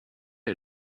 you